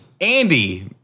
Andy